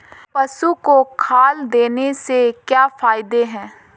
पशु को खल देने से क्या फायदे हैं?